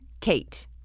KATE